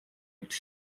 its